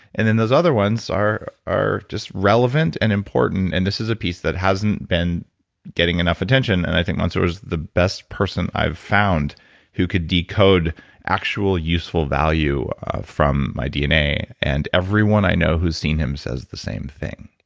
and then those other ones are are just relevant and important and this is a piece that hasn't been getting enough attention, and i think mansoor's the best person i've found who could decode actual useful value from my dna, and everyone i know who's seen him says the same thing